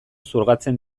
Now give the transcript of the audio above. xurgatzen